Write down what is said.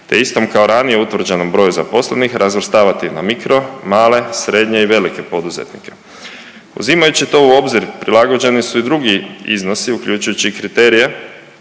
te istom kao ranije utvrđenom broju zaposlenih, razvrstavati na mikro, male, srednje i velike poduzetnike. Uzimajući to u obzir, prilagođeni su i drugi iznosi, uključujući i kriterije